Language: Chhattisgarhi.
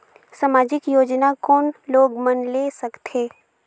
समाजिक योजना कोन लोग मन ले सकथे?